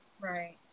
right